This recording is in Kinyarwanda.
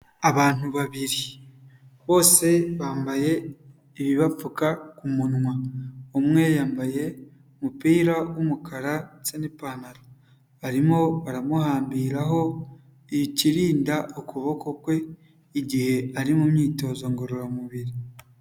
Abantu babiri bose bambaye ibibapfuka ku munwa, umwe yambaye umupira w'umukara ndetse n'ipantaro, barimo baramuhambiraho ikirinda ukuboko kwe igihe ari mu myitozo ngororamubiri.